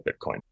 Bitcoin